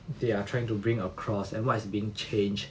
they are trying to bring across and what's been changed